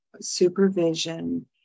supervision